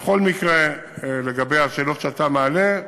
בכל מקרה, לגבי השאלות שאתה מעלה,